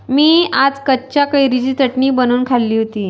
मी आज कच्च्या कैरीची चटणी बनवून खाल्ली होती